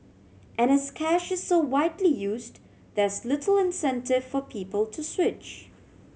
and as cash is so widely used there's little incentive for people to switch